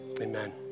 amen